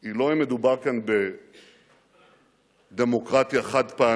היא לא אם מדובר כאן בדמוקרטיה חד-פעמית